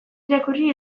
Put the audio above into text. irakurri